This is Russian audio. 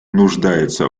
нуждается